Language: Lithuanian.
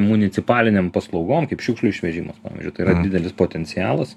municipalinėm paslaugom kaip šiukšlių išvežimas pavyzdžiui tai yra didelis potencialas